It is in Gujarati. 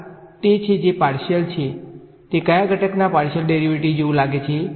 આ છે તે પાર્શીયલ છે તે કયા ઘટકના પાર્શીયલ ડેરીવેટીવ જેવું લાગે છે